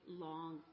long